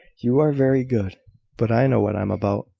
you are very good but i know what i am about,